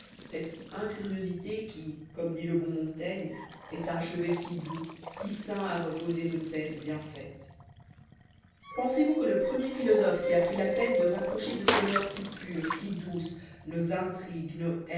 cette incuriosité qui comme dit le bon montaigne est un chevet si doux si sain à reposer une tête bien faite pensez-vous que le premier philosophé qui a pris la peine de rapprocher de ces moeurs si pures si douces nos intrigues